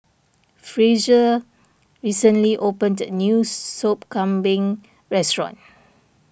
Frazier recently opened a new Sop Kambing restaurant